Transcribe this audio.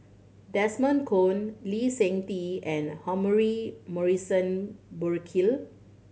Desmond Kon Lee Seng Tee and Humphrey Morrison Burkill